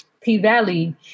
P-Valley